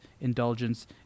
indulgence